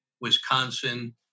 Wisconsin